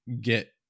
get